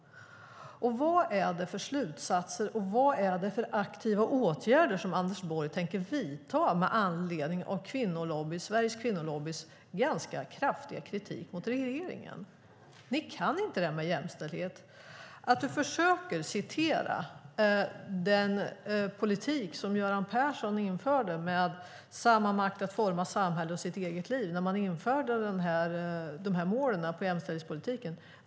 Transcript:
Vad är det för slutsatser Anders Borg drar, och vad är det för aktiva åtgärder som Anders Borg tänker vidta med anledning av Sveriges Kvinnolobbys ganska kraftiga kritik mot regeringen? Ni kan inte det här med jämställdhet. Du försöker citera den politik som Göran Persson införde - det handlar om samma makt att forma samhället och sitt eget liv - när man införde målen för jämställdhetspolitiken.